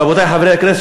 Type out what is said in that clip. רבותי חברי הכנסת,